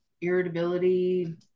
irritability